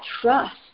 trust